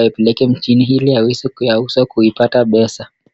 akipelekana mjini ili auze akaweze kupata pesa.